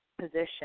position